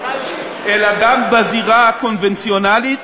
אלא גם בזירה הקונבנציונלית